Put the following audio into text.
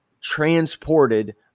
transported